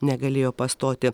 negalėjo pastoti